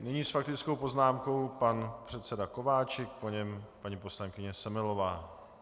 Nyní s faktickou poznámkou pan předseda Kováčik, po něm paní poslankyně Semelová.